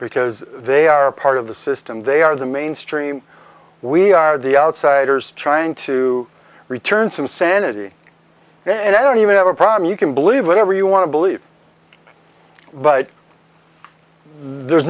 because they are part of the system they are the mainstream we are the outsiders trying to return some sanity and i don't even have a problem you can believe whatever you want to believe but there's